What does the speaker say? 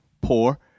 poor